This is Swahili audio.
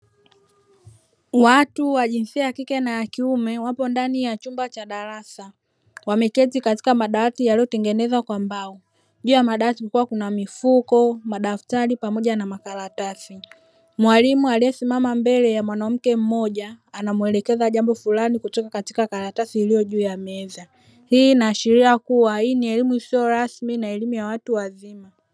Watu wa jinsia ya kike na ya kiume wapo ndani ya chumba cha darasa wameketi katika madawati yaliyotengenezwa kwa mbao, juu ya madawati kulikuwa kuna mifuko, madaftari, pamoja na makaratasi. Mwalimu aliyesimama mbele ya mwanamke mmoja anamwelekeza jambo fulani kutoka katika karatasi iliyo juu ya meza, hii inaashiria kuwa hii ni elimu isiyo rasmi na elimu ya watu wazima.